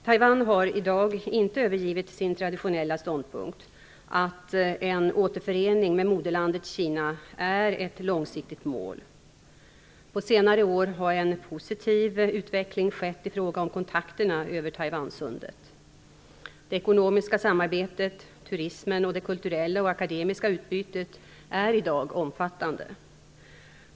Taiwan har i dag inte övergivit sin traditionella ståndpunkt att en återförening med moderlandet Kina är ett långsiktigt mål. På senare år har en positiv utveckling skett i fråga om kontakterna över Taiwansundet. Det ekonomiska samarbetet, turismen och det kulturella och akademiska utbytet är i dag omfattande.